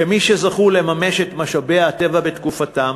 כמי שזכו לממש את משאבי הטבע בתקופתם